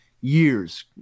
years